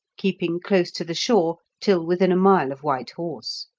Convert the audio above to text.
keeping close to the shore till within a mile of white horse.